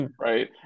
right